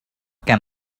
can